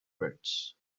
pits